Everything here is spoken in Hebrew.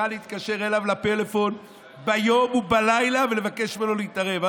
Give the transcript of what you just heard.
יכול היה להתקשר אליו לפלאפון ביום ובלילה ולבקש ממנו להתערב.